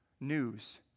News